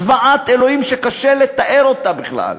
זוועת אלוהים שקשה לתאר אותה בכלל.